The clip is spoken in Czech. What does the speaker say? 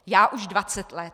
Já už 20 let.